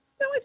No